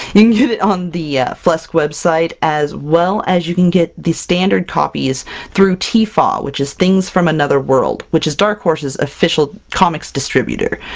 and you can get it on the flesk website, as well as you can get the standard copies through tfaw, which is things from another world, which is dark horse's official comics distributor.